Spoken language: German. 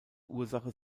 ursache